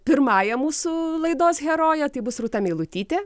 pirmąja mūsų laidos heroje tai bus rūta meilutytė